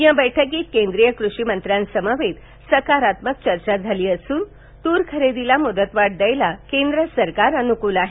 या बैठकीत केंद्रीय कृषिमंत्र्यांसमवेत सकारात्मक चर्चा म्माली असून तूर खरेदीला मुदतवाढ देण्यास केंद्र शासन यनुकूल आहे